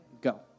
go